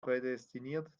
prädestiniert